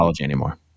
anymore